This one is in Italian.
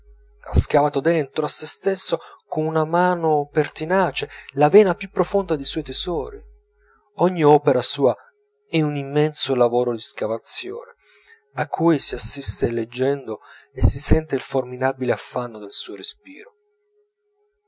ha scavato dentro a sè stesso con mano pertinace la vena più profonda dei suoi tesori ogni opera sua è un immenso lavoro di scavazione a cui si assiste leggendo e si sente il formidabile affanno del suo respiro